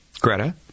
Greta